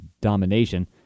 domination